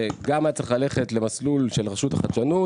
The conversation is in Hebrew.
שגם היה צריך ללכת למסלול של רשות החדשנות